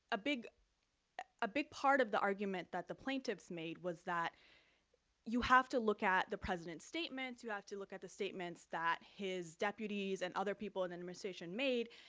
ah big ah big part of the argument that the plaintiffs made was that you have to look at the president's statements. you have to look at the statements that his deputies and other people in the administration made.